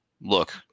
look